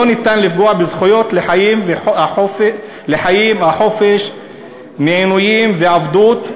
לא ניתן לפגוע בזכויות לחיים והחופש מעינויים ועבדות,